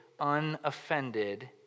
unoffended